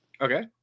okay